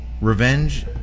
revenge